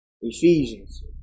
Ephesians